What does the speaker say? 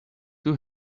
two